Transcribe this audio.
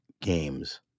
games